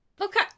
okay